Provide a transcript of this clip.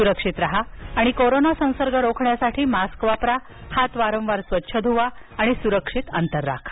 सुरक्षित राहा आणि कोरोना संसर्ग रोखण्यासाठी मास्क वापरा हात वारंवार स्वच्छ धुवा सुरक्षित अंतर ठेवा